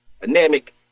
dynamic